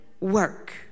work